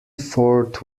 ford